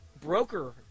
Broker